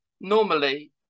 normally